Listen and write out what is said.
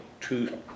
two